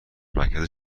مرکز